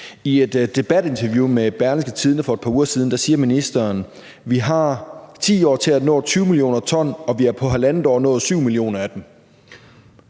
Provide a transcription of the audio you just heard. I et debatinterview i Berlingske for et par uger siden sagde ministeren: »Vi har ti år til at nå 20 mio. ton, og vi har på halvandet år nået syv af dem